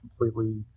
completely